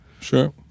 Sure